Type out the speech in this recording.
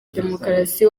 demokarasi